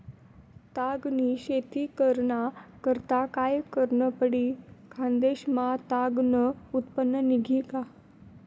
ताग नी शेती कराना करता काय करनं पडी? खान्देश मा ताग नं उत्पन्न निंघी का